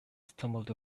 stumbled